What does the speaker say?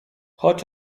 choć